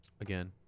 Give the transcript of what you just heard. Again